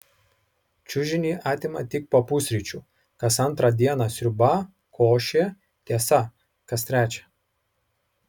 čiužinį atima tik po pusryčių kas antrą dieną sriuba košė tiesa kas trečią